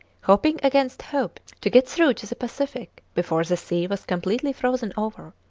hoping against hope to get through to the pacific before the sea was completely frozen over.